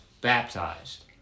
baptized